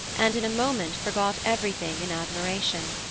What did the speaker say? and in a moment forgot everything in admiration.